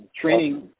Training